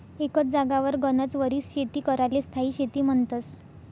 एकच जागावर गनच वरीस शेती कराले स्थायी शेती म्हन्तस